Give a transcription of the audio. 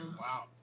Wow